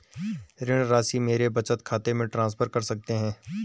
ऋण राशि मेरे बचत खाते में ट्रांसफर कर सकते हैं?